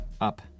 Up